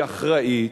היא אחראית,